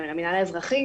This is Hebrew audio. למנהל האזרחי